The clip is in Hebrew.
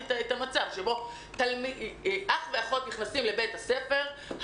את המצב שבו אח ואחות נכנסים לבית הספר,